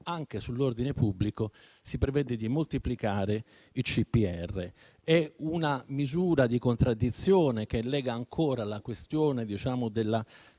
anche sull'ordine pubblico, si prevede di moltiplicare i CPR. È una contraddizione che lega ancora la questione della